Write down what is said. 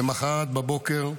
למוחרת בבוקר,